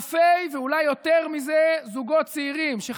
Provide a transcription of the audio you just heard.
אלפי זוגות צעירים,